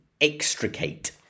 extricate